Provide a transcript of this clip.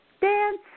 dance